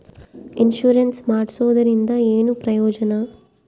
Insurance ಮಾಡ್ಸೋದರಿಂದ ಏನು ಪ್ರಯೋಜನ?